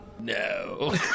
No